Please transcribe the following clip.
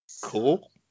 cool